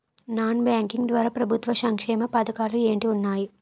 Non banking ద్వారా ప్రభుత్వ సంక్షేమ పథకాలు ఏంటి ఉన్నాయి?